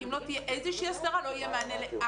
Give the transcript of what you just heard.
כי אם לא תהיה איזושהי הסדרה לא יהיה מענה לאף אחד.